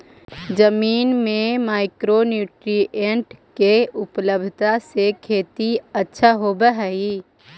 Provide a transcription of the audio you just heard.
जमीन में micro nutrient के उपलब्धता से खेती अच्छा होब हई